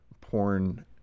porn